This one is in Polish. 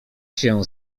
się